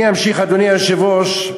אני אמשיך, אדוני היושב-ראש,